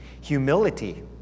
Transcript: Humility